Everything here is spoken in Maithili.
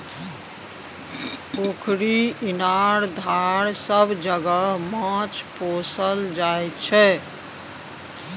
पोखरि, इनार, धार सब जगह माछ पोसल जाइ छै